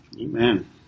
Amen